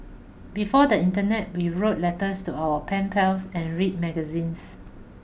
before the internet we wrote letters to our pen pals and read magazines